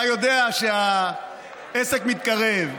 אתה יודע שהעסק מתקרב.